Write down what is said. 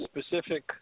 specific